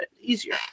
easier